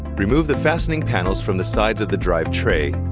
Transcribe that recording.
remove the fastening panels from the sides of the drive tray,